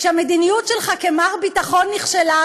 כשהמדיניות שלך כמר ביטחון נכשלה,